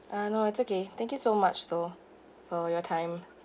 uh no it's okay thank you so much though for your time